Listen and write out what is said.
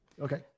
Okay